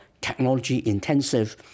technology-intensive